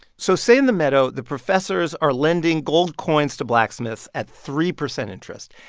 so say in the meadow, the professors are lending gold coins to blacksmiths at three percent interest,